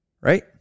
Right